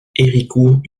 héricourt